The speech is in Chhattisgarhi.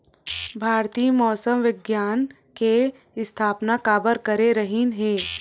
भारती मौसम विज्ञान के स्थापना काबर करे रहीन है?